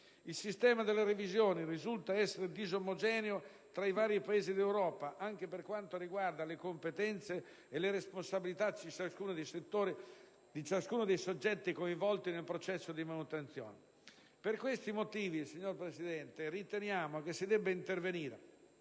il sistema delle revisioni risulta essere disomogeneo tra i vari Paesi d'Europa anche per quanto riguarda le competenze e le responsabilità di ciascuno dei soggetti coinvolti nel processo di manutenzione. Per questi motivi, signor Presidente, riteniamo si debba intervenire,